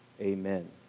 Amen